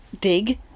dig